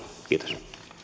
kiitos